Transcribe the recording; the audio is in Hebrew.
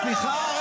אתה אשכרה פה.